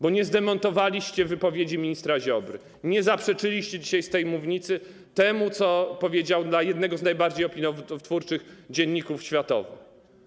Bo nie zdementowaliście wypowiedzi ministra Ziobry, nie zaprzeczyliście dzisiaj z tej mównicy temu, co powiedział dla jednego z najbardziej opiniotwórczych dzienników światowych.